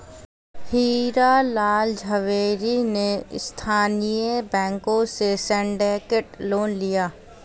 हीरा लाल झावेरी ने स्थानीय बैंकों से सिंडिकेट लोन लिया